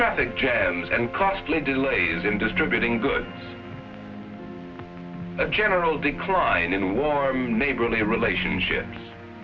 traffic jams and costly delays in distributing good the general decline in warm neighborly relationships